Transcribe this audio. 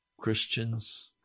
Christians